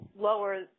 lower